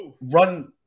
run